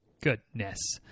goodness